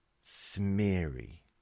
smeary